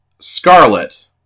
Scarlet